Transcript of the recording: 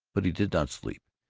but he did not sleep.